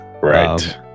right